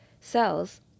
cells